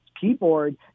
keyboard